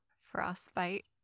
Frostbite